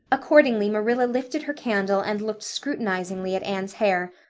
accordingly, marilla lifted her candle and looked scrutinizingly at anne's hair,